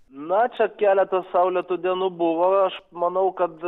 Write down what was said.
na čia keletą saulėtų dienų buvau aš manau kad